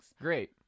great